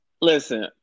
Listen